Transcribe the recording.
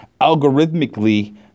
Algorithmically